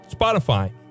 Spotify